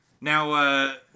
Now